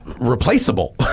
replaceable